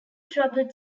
troubled